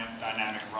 dynamic